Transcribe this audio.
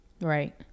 Right